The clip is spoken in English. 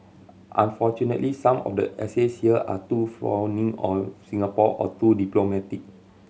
unfortunately some of the essays here are too fawning of Singapore or too diplomatic